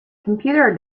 computer